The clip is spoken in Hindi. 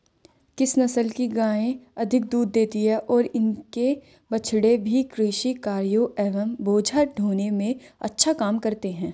किस नस्ल की गायें अधिक दूध देती हैं और इनके बछड़े भी कृषि कार्यों एवं बोझा ढोने में अच्छा काम करते हैं?